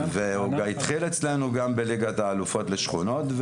הוא התחיל אצלנו גם בליגת האלופות לשכונות,